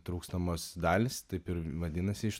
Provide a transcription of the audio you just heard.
trūkstamos dalys taip ir vadinasi iš